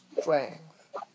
strength